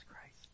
Christ